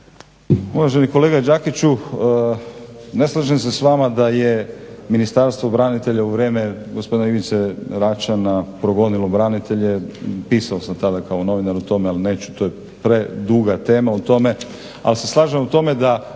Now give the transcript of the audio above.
Uvaženi kolega Đakiću, ne slažem se s vama da je Ministarstvo branitelja u vrijeme gospodina Ivice Račana progonilo branitelje, pisao sam tada kao novinar o tome ali neću, to je preduga tema o tome. Ali se slažem u tome da